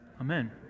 amen